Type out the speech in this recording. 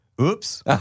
oops